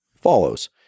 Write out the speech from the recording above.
follows